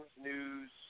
news